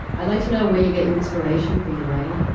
i'd like to know where you get your inspiration for your writing.